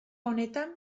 honetan